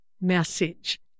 message